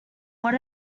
what